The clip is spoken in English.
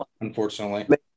unfortunately